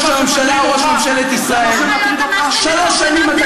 ראש הממשלה הוא ראש ממשלת ישראל.